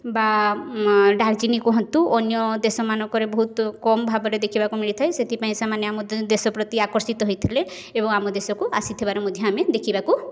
ବା ଡାଲଚିନି କୁହନ୍ତୁ ଅନ୍ୟ ଦେଶମାନଙ୍କରେ ବହୁତ କମ୍ ଭାବରେ ଦେଖିବାକୁ ମିିଳିଥାଏ ସେଥିପାଇଁ ସେମାନେ ଆମ ଦେଶ ପ୍ରତି ଆକର୍ଷିତ ହୋଇଥିଲେ ଏବଂ ଆମ ଦେଶକୁ ଆସିଥିବାର ମଧ୍ୟ ଦେଖିବାକୁ ପାଇଥାଉ